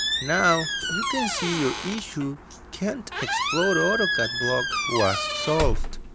now, you can see your issue can't explode autocad block was solved.